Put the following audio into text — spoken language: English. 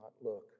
look